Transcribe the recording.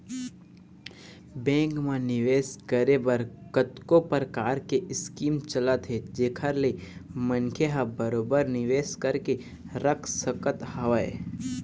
bank म निवेस करे बर कतको परकार के स्कीम चलत हे जेखर ले मनखे ह बरोबर निवेश करके रख सकत हवय